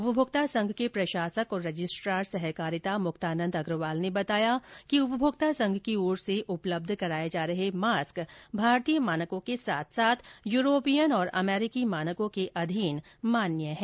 उपभोक्ता संघ के प्रशासक और रजिस्ट्रार सहकारिता मुक्तानन्द अग्रवाल ने बताया कि उपभोक्ता संघ की ओर से उपलब्ध कराये जा रहे मास्क भारतीय मानकों के साथ साथ यूरोपियन और अमेरिकी मानकों के अधीन मान्य है